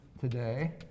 today